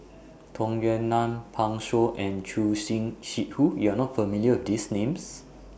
Tung Yue Nang Pan Shou and Choor Singh Sidhu YOU Are not familiar with These Names